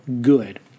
good